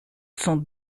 son